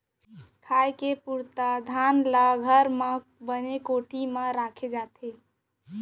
खाए के पुरता धान ल घर म बने कोठी म राखे जाथे